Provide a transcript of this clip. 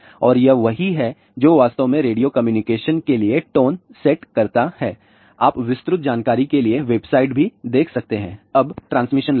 और यह वही है जो वास्तव में रेडियो कम्युनिकेशन के लिए टोन सेट करता है आप विस्तृत जानकारी के लिए वेबसाइट भी देख सकते हैं अब ट्रांसमिशन लाइन